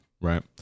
right